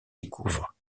découvre